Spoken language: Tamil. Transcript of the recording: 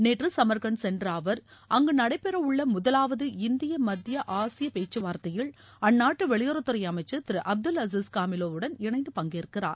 நேற்று சமர்கண்ட் சென்ற அவர் அங்கு நடைபெறவுள்ள முதலாவது இந்திய மத்திய ஆசியா பேச்சுவார்த்தையில் அந்நாட்டு வெளியறவுத்துறை அமைச்சர் திரு அப்துல் அசீஸ் காமீலோவ் உடன் இணைந்து பங்கேற்கிறார்